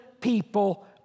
people